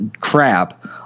crap